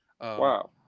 wow